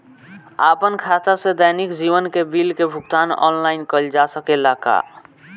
आपन खाता से दैनिक जीवन के बिल के भुगतान आनलाइन कइल जा सकेला का?